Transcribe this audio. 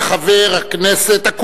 חבר הכנסת אלדד, בבקשה, אדוני.